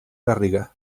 garriga